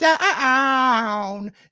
down